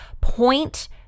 Point